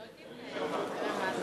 אני אומר עוד פעם,